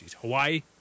Hawaii